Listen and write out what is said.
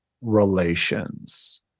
relations